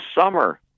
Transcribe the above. summer